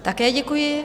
Také děkuji.